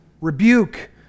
rebuke